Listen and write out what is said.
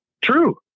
True